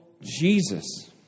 Jesus